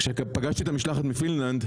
כשפגשתי את המשלחת מפינלנד,